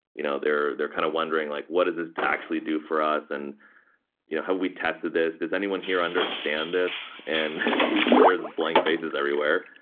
you know they're they're kind of wondering, like what does this actually do for us, and have we tested this? does anyone here understand this? and usually there're blank faces everywhere,